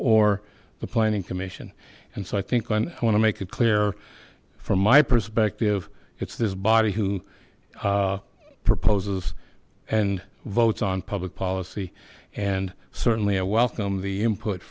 or the planning commission and so i think i want to make it clear from my perspective it's this body who proposes and votes on public policy and certainly i welcome the input